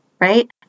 right